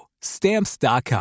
Stamps.com